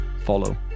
follow